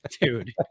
Dude